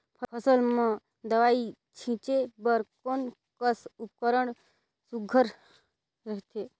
फसल म दव ई छीचे बर कोन कस उपकरण सुघ्घर रथे?